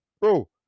bro